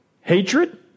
hatred